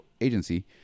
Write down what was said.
Agency